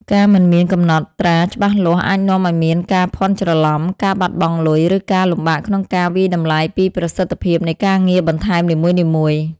ការមិនមានកំណត់ត្រាច្បាស់លាស់អាចនាំឱ្យមានការភាន់ច្រឡំ ការបាត់បង់លុយ ឬការលំបាកក្នុងការវាយតម្លៃពីប្រសិទ្ធភាពនៃការងារបន្ថែមនីមួយៗ។